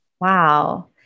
Wow